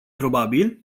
probabil